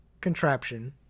contraption